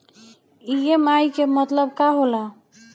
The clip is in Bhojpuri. ई.एम.आई के मतलब का होला?